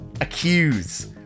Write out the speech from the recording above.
accuse